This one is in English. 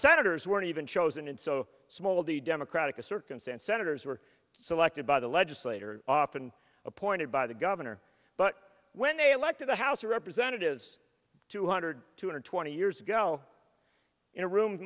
senators weren't even chosen and so small the democratic a circumstance senators were selected by the legislator often appointed by the governor but when they elected the house of representatives two hundred two hundred twenty years ago in a room